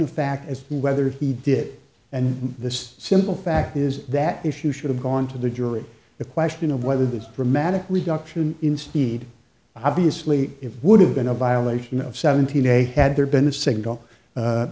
of fact as to whether he did it and the simple fact is that if you should have gone to the jury the question of whether this dramatic reduction in speed obviously if would have been a violation of seventeen a had there been a single